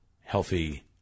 healthy